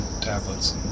tablets